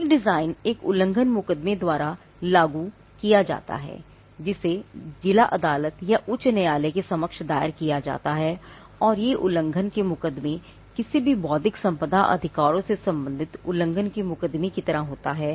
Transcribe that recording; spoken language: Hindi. एक डिजाइन एक उल्लंघन मुक़दमे द्वारा लागू किया जाता है जिसे जिला अदालत या उच्च न्यायालय के समक्ष दायर किया जाता है और ये उल्लंघन के मुकदमे किसी भी बौद्धिक संपदा अधिकारों से संबंधित उल्लंघन के मुकदमे की तरह होता है